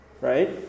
Right